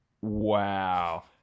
Wow